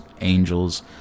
angels